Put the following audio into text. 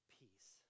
peace